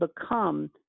become